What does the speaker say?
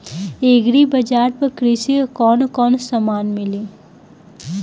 Agri बाजार पर कृषि के कवन कवन समान मिली?